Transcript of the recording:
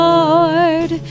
Lord